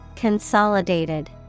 Consolidated